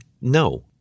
no